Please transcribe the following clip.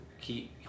keep